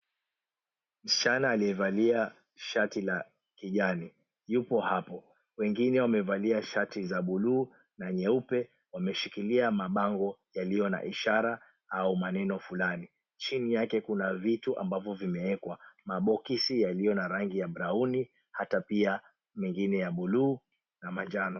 Msichana aliyevalia shati la kijani yupo hapo. Wengine wamevalia shati za blue na nyeupe wameshikilia mabango yaliyo na ishara au maneno flani. Chini yake kuna vitu ambavyo vimewekwa. Mabokisi yaliyo na rangi brown hata pia mengine ya blue na manjano.